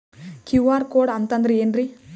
QR code ಅಂತಂದ್ರ ಏನ್ರೀ?